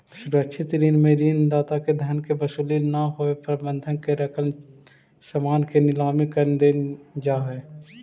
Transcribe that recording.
सुरक्षित ऋण में ऋण दाता के धन के वसूली ना होवे पर बंधक के रखल सामान के नीलाम कर देल जा हइ